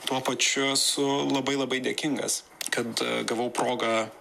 tuo pačiu esu labai labai dėkingas kad gavau progą